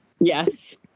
Yes